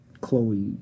Chloe